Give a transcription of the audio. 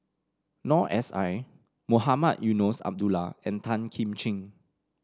Noor S I Mohamed Eunos Abdullah and Tan Kim Ching